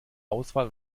auswahl